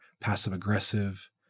passive-aggressive